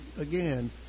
again